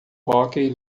hóquei